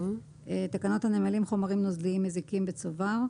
"תקנות הנמלים חומרים נוזליים מזיקים בצובר"